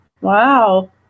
Wow